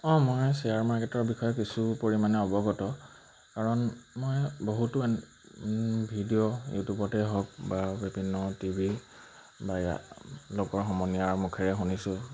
অঁ মই শ্বেয়াৰ মাৰ্কেটৰ বিষয়ে কিছু পৰিমাণে অৱগত কাৰণ মই বহুতো ভিডিঅ' ইউটিউবতে হওক বা বিভিন্ন টি ভি বা ইয়াত লোকৰ সমনীয়াৰ মুখেৰে শুনিছোঁ